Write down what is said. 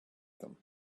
them